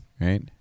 Right